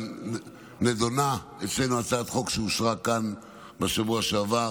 נדונה אצלנו הצעת חוק שאושרה כאן בשבוע שעבר